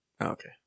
okay